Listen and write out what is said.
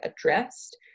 addressed